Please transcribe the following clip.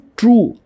true